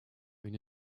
une